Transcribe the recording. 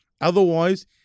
Otherwise